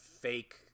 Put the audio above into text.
fake